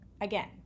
Again